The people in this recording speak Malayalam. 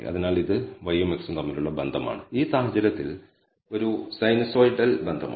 അതിനാൽ ഇത് y ഉം x ഉം തമ്മിലുള്ള ബന്ധമാണ് ഈ സാഹചര്യത്തിൽ ഒരു സൈനുസോയിഡൽ ബന്ധമാണ്